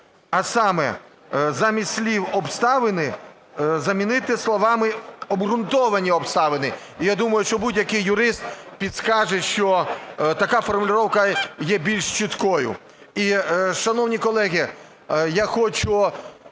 а саме, слова "обставини" замінити словами "обґрунтовані обставини". І я думаю, що будь-який юрист підкаже, що така формулировка є більш чіткою. І, шановні колеги, я хочу